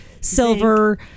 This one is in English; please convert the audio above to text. silver